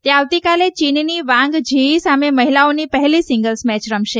તે આવતીકાલે ચીનની વાંગ ઝીયી સામે મહિલાઓની પહેલી સીંગલ્સ રમશે